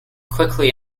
quickly